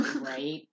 Right